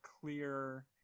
clear